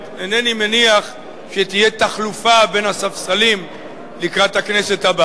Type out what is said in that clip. אינני מניח שתהיה תחלופה בין הספסלים לקראת הכנסת הבאה,